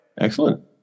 Excellent